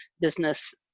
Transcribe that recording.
business